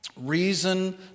reason